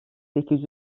sekiz